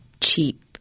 cheap